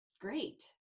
Great